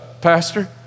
Pastor